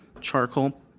charcoal